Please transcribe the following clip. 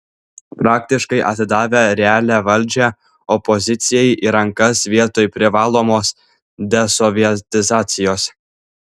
praktiškai atidavę realią valdžią opozicijai į rankas vietoj privalomos desovietizacijos